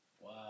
Wow